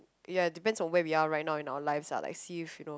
ya depends on where we are right now in our lives ah like see if you know